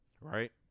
right